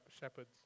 shepherds